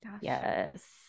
Yes